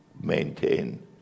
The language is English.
maintain